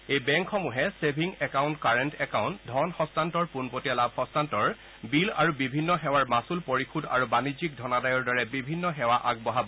এই বেংকসমূহে saving account current account ধন হস্তান্তৰ পোনপটীয়া লাভ হস্তান্তৰ বিল আৰু বিভিন্ন সেৱাৰ মাচুল পৰিশোধ আৰু বাণিজ্যিক ধনাদায়ৰ দৰে বিভিন্ন সেৱা আগবঢ়াব